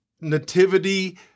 nativity